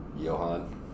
Johan